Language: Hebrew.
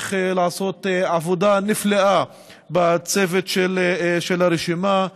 וממשיך לעשות עבודה נפלאה בצוות של הרשימה.